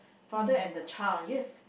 father and the child yes